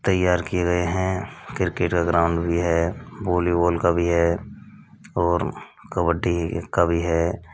तैयार किए गए हैं क्रिकेट ग्राउंड भी है वॉलीबॉल का भी है और कबड्डी का भी है